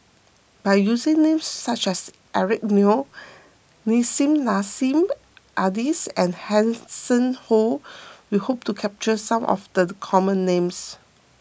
by using names such as Eric Neo Nissim Nassim Adis and Hanson Ho we hope to capture some of the common names